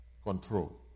Control